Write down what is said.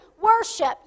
worship